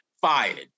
fired